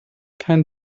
keinen